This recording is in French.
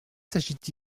s’agit